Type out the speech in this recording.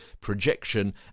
projection